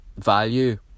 value